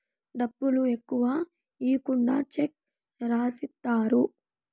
డబ్బులు ఎక్కువ ఈకుండా చెక్ రాసిత్తారు